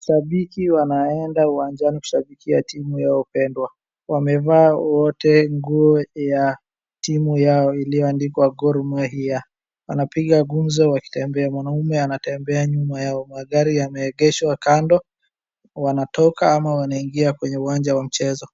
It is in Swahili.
Shabiki wanaenda uwanjani kushabikia timu yao pendwa. Wamevaa wote nguo ya timu yao iliyoandikwa Goal Mahia. Wanapiga gumzo wakitembea. Mwanaume anatembea nyuma yao. magari yanaegeshwa kando, wanatoka ama wanaingia kwenye uwanja wa mchezo.